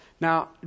Now